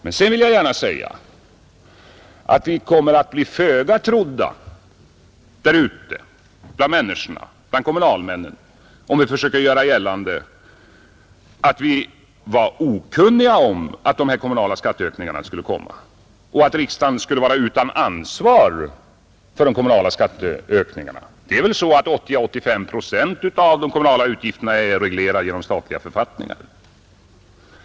Jag vill dock gärna säga att vi kommer att bli föga trodda där ute bland människorna och bland kommunalmännen om vi försöker göra gällande att vi var okunniga om att dessa kommunala skatteökningar skulle komma och att riksdagen skulle vara utan ansvar för dem, Det är väl så att 80—85 procent av de kommunala utgifterna är reglerade genom statliga författningar.